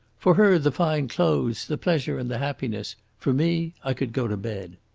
for her the fine clothes, the pleasure, and the happiness. for me i could go to bed!